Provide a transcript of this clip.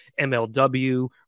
MLW